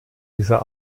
dieser